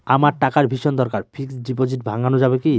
আমার টাকার ভীষণ দরকার ফিক্সট ডিপোজিট ভাঙ্গানো যাবে কি?